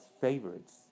favorites